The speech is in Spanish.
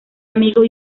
amigo